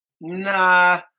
Nah